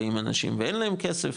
באים אנשים ואין להם כסף,